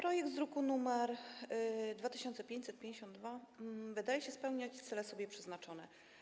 Projekt ustawy z druku nr 2552 wydaje się spełniać cele sobie przeznaczone.